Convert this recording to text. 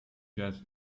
jazz